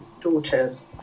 daughters